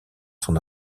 son